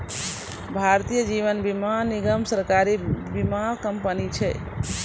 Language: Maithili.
भारतीय जीवन बीमा निगम, सरकारी बीमा कंपनी छै